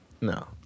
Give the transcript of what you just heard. no